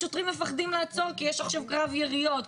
השוטרים מפחדים לעצור כי יש עכשיו קרב יריות.